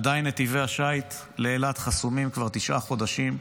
עדיין נתיבי השיט לאילת חסומים, כבר תשעה חודשים.